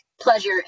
pleasure